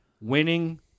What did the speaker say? winning